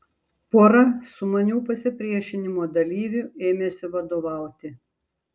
pora sumanių pasipriešinimo dalyvių ėmėsi vadovauti